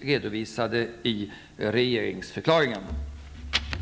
redovisas i regeringsförklaringen. Tack.